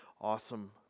awesome